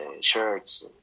shirts